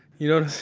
you know